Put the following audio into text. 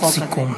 משפט סיכום.